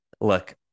look